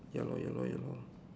ya lor ya lor ya lor